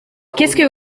que